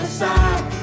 side